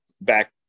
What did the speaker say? back